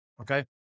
Okay